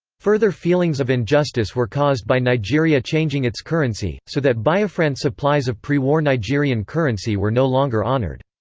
further feelings of injustice were caused by nigeria changing its currency, so that biafran supplies of pre-war nigerian currency were no longer honoured.